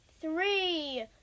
Three